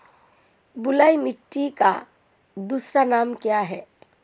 बलुई मिट्टी का दूसरा नाम क्या है?